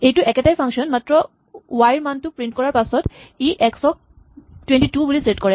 এইটো একেটাই ফাংচন মাত্ৰ ৱাই ৰ মানটো প্ৰিন্ট কৰাৰ পাছত ই এক্স ক ২২ বুলি ছেট কৰে